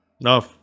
No